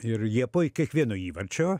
ir jie po kiekvieno įvarčio